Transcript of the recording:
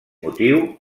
motiu